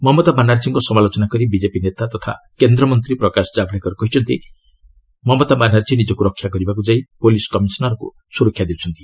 ମମତା ବାନାର୍ଜୀଙ୍କର ସମାଲୋଚନା କରି ବିଜେପି ନେତା ତଥା କେନ୍ଦ୍ରମନ୍ତ୍ରୀ ପ୍ରକାଶ ଜାଭଡେକର କହିଛନ୍ତି ମମତା ବାନାର୍ଜୀ ନିଜକୁ ରକ୍ଷା କରିବାକୁ ଯାଇ ପୁଲିସ କମିଶନରଙ୍କୁ ସୁରକ୍ଷା ଦେଉଛନ୍ତି